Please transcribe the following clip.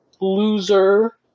loser